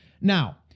Now